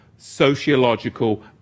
sociological